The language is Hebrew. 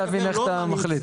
אני מנסה להבין איך אתה מחליט.